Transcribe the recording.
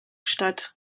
statt